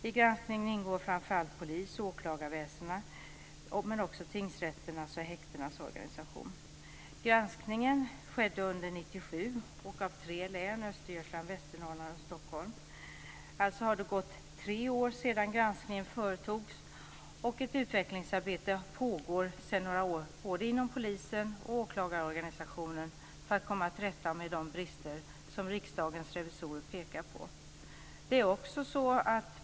I granskningen ingår framför allt polis och åklagarväsendena, men också tingsrätternas och häktenas organisation. Östergötland, Västernorrland och Stockholm. Alltså har det gått tre år sedan granskningen företogs, och ett utvecklingsarbete pågår sedan några år både inom polisen och åklagarorganisationen för att komma till rätta med de brister som Riksdagens revisorer pekat på.